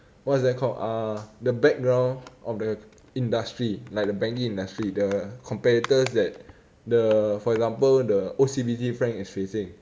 what is that called uh the background of the industry like the banking industry the competitors that the for example the O_C_B_C frank is facing